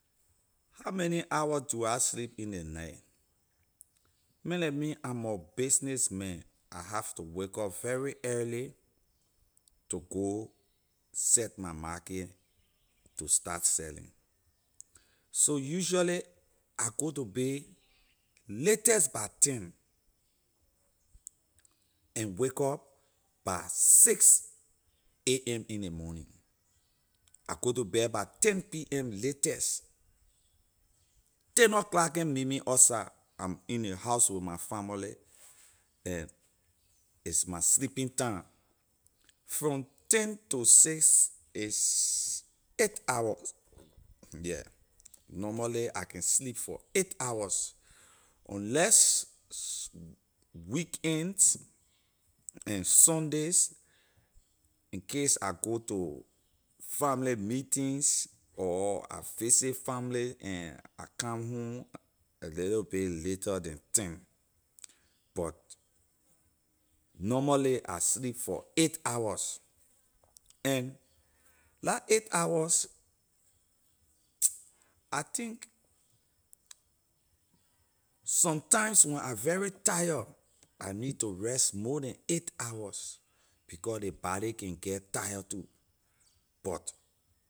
How many hour do I sleep in ley night man like me i’m a business man I have to wake up very early to go set my markay to start selling so usually I go to bay latest by ten and wake up by six am in ley morning I go to bed by ten pm latest ten o’clock can’t meet me outside i’m in ley house with my family and it’s my sleeping time from ten to six is eight hour yeah normally I can sleep for eight hours unless weekends and sundays in case I go to family meetings or I visit family and I come home a little bit later than ten but normally I sleep for eight hours and la eight hours I think sometimes when I very tired I need to rest more than eight hours becor ley body can get tired too but